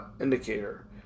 indicator